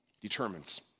determines